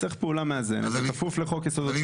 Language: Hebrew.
צריך פעולה מאזנת בכפוף לחוק-יסוד: התקציב.